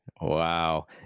Wow